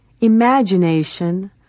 imagination